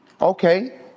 okay